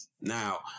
Now